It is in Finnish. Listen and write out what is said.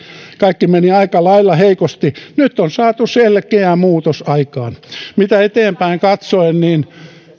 kaikki meni aika lailla heikosti nyt on saatu selkeä muutos aikaan eteenpäin katsoen